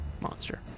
monster